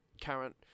current